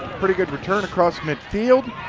pretty good return across mid field.